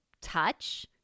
touch